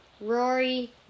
Rory